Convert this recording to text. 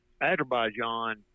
Azerbaijan